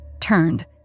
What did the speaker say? turned